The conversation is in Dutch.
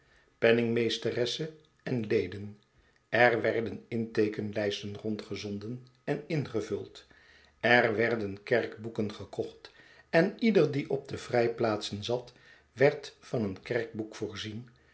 penningmeesteresse en leden er werden inteekeninglijsten rondgezonden en ingevuld er werden kerkboeken gekocht en ieder die op de vrijplaatsen zat werd van een kerkboek voorzien